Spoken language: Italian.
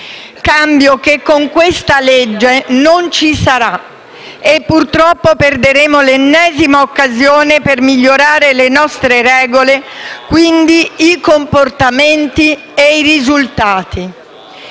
che con questo provvedimento non ci sarà, e purtroppo perderemo l'ennesima occasione per migliorare le nostre regole e quindi i comportamenti e i risultati.